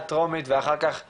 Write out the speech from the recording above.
זו היד שלכם שפועלת